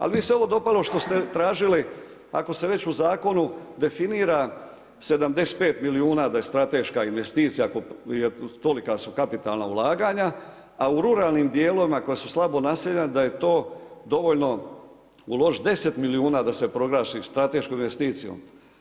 Ali mi se ovo dopalo što ste tražili ako se već u zakonu definira 75 milijuna da je strateška investicija jel tolika su kapitalna ulaganja, a u ruralnim dijelovima koja su slabo naseljena da je to dovoljno uložiti 10 milijuna da se proglasi strateškom investicijom.